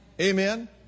Amen